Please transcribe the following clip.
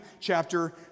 chapter